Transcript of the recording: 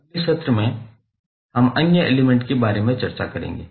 अगले सत्र में हम अन्य एलिमेंट के बारे में चर्चा करेंगे